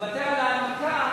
מוותר על ההנמקה,